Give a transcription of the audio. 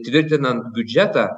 tvirtinant biudžetą